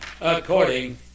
according